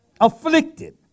afflicted